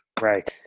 Right